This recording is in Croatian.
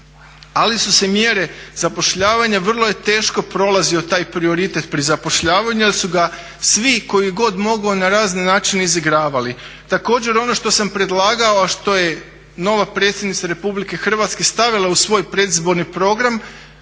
Ali su se mjere zapošljavanja, vrlo je teško prolazio taj prioritet pri zapošljavanju jer su ga svi tko je god mogao na razne načine izigravali. Također, ono što sam predlagao a što je nova predsjednica RH stavila u svoj predizborni program